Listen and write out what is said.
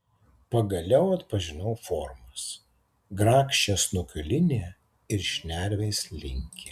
pagaliau atpažinau formas grakščią snukio liniją ir šnervės linkį